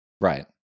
right